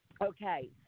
Okay